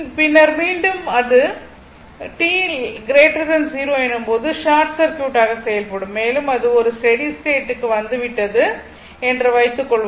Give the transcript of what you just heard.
பின்னர் மீண்டும் மீண்டும் அது t 0 எனும் போது ஷார்ட் சர்க்யூட் ஆக செயல்படும் மேலும் அது ஒரு ஸ்டெடி ஸ்டேட் க்கு வந்துவிட்டது என்று வைத்துக் கொள்வோம்